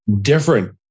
different